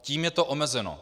Tím je to omezeno.